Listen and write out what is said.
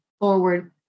forward